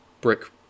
brick